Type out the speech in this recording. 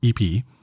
EP